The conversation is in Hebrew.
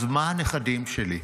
אז מה עם הנכדים שלי?